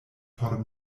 por